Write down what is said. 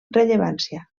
rellevància